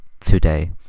today